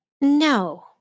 No